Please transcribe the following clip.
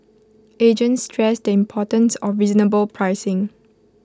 agents stress the importance of reasonable pricing